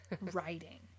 Writing